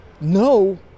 No